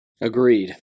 Agreed